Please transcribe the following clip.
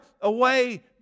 away